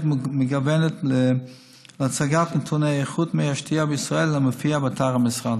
מקוונת להצגת נתוני איכות מי השתייה בישראל המופיעה באתר המשרד.